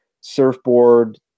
surfboard